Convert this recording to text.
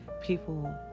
people